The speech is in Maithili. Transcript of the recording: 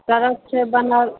सड़क छै बनल